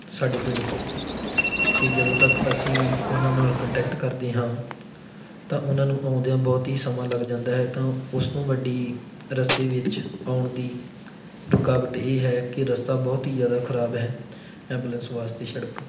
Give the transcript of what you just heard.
ਸਾਡੇ ਪਿੰਡ ਤੋਂ ਅਤੇ ਜਦੋਂ ਤੱਕ ਅਸੀਂ ਉਹਨਾਂ ਨਾਲ ਕੰਟੈਕਟ ਕਰਦੇ ਹਾਂ ਤਾਂ ਉਹਨਾਂ ਨੂੰ ਆਉਂਦਿਆਂ ਬਹੁਤ ਹੀ ਸਮਾਂ ਲੱਗ ਜਾਂਦਾ ਹੈ ਤਾਂ ਉਸ ਤੋਂ ਵੱਡੀ ਰਸਤੇ ਵਿੱਚ ਆਉਣ ਦੀ ਰੁਕਾਵਟ ਇਹ ਹੈ ਕਿ ਰਸਤਾ ਬਹੁਤ ਹੀ ਜ਼ਿਆਦਾ ਖ਼ਰਾਬ ਹੈ ਐਬੂਲੈਂਸ ਵਾਸਤੇ ਸੜਕ